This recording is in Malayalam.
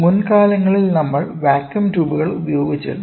മുൻകാലങ്ങളിൽ നമ്മൾ വാക്വം ട്യൂബുകൾ ഉപയോഗിച്ചിരുന്നു